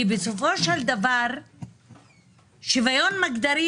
בסופו של דבר שוויון מגדרי,